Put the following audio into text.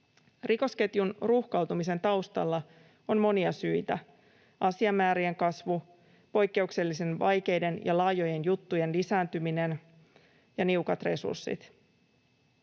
Rikosketjun ruuhkautumisen taustalla on monia syitä: asiamäärien kasvu, poikkeuksellisen vaikeiden ja laajojen juttujen lisääntyminen ja niukat resurssit.